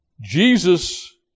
Jesus